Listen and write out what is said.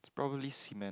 it's probably cement